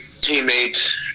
teammates